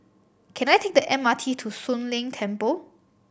can I take the M R T to Soon Leng Temple